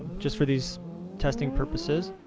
um just for these testing purposes.